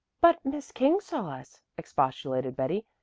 but miss king saw us, expostulated betty,